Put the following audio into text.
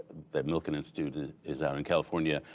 the milken institute is out in california.